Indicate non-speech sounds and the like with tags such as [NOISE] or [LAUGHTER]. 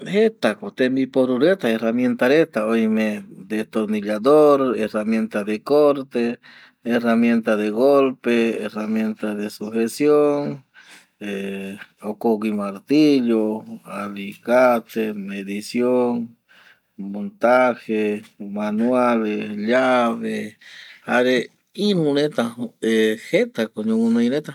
Jeta ko tembiporu reta, herramienta reta oime destornillador, herramienta de corte, herramienta de golpe, herramienta de sugesion [HESITATION] jokogui martllo, alikate medicion, montaje, manueale, llave jare iru reta [HESITATION] jeta ko ñoguɨnoi reta